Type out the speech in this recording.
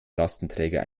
lastenträger